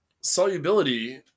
solubility